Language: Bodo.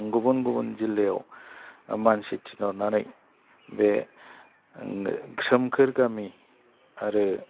गुबुन गुबुन जिल्लायाव मानसि थिनह'रनानै बे सोमखोर गामि आरो